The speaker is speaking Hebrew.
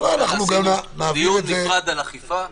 נוכל את אילת או מי שיענה על הקריטריונים האלה,